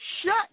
Shut